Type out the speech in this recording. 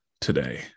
today